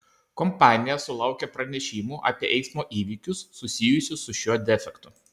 kompanija sulaukė pranešimų apie eismo įvykius susijusius su šiuo defektu